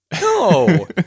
No